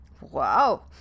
Wow